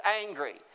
angry